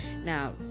Now